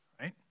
right